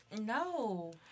No